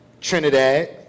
Trinidad